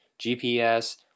GPS